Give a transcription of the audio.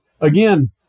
again